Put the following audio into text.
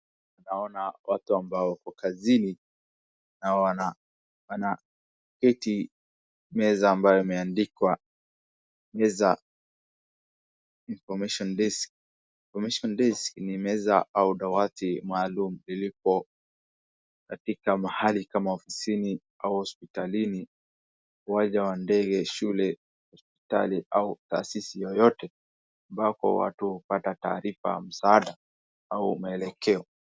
Naona watu ambao wako kazini, na wanaketi meza ambayo imeandikwa Information desk hii ni meza au dawati maalum ilipo katika mahali kama ofisini au hospitalini, uwanja wa ndege, shule, hospitali au taasisi yoyote, ambapo watu hupata taarifa na msaada au maelekeo.